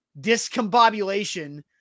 discombobulation